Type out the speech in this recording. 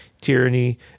tyranny